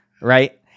right